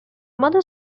moda